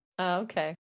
Okay